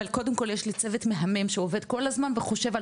אבל קודם כל יש לי צוות מהמם שעובד כל הזמן וחושב על